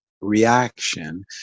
reaction